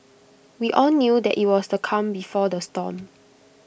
we all knew that IT was the calm before the storm